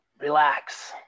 relax